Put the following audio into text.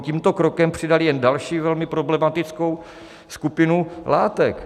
Tímto krokem bychom přidali jen další velmi problematickou skupinu látek.